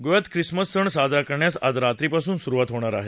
गोव्यात ख्रिसमस सण साजरा करण्यास आज रात्रीपासून स्रूवात होणार आहे